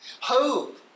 Hope